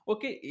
Okay